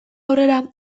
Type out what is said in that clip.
aurrera